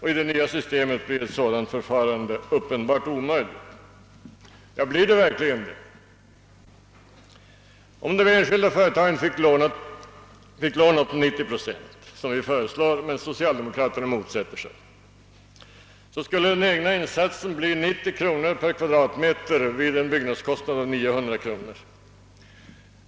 I det nya systemet blir ett sådant förfarande uppenbart omöjligt, påstås i motionen, Blir det verkligen det? Om de enskilda företagen finge låna 90 procent, som vi föreslår men som <socialdemokraterna motsätter sig, skulle den egna insatsen bli 90 kronor per kvadratmeter vid en byggnadskostnad av 900 kronor.